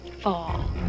fall